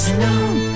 No